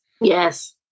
Yes